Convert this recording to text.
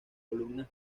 columnas